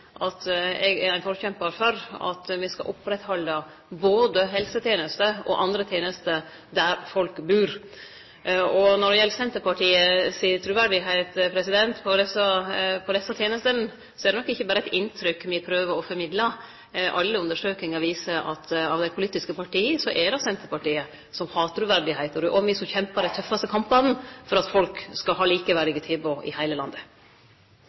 at eg er ein forkjempar for at me skal oppretthalde både helsetenester og andre tenester der folk bur. Når det gjeld Senterpartiet sitt truverde med omsyn til desse tenestene, er det nok ikkje berre eit inntrykk me prøver å formidle. Alle undersøkingar viser at av dei politiske partia er det Senterpartiet som har truverde. Det er òg me som kjempar dei tøffaste kampane for at folk skal ha likeverdige tilbod i heile landet.